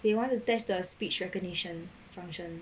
they want to test the speech recognition function